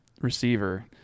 receiver